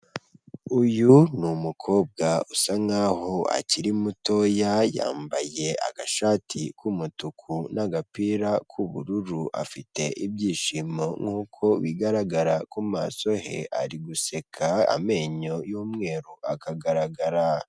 Uyu ni umukobwa usa nk'aho akiri mutoya yambaye agashati k'umutuku n'agapira k'ubururu afite ibyishimo nk'uko bigaragara ku maso he ari guseka amenyo y'umweru akagaragara.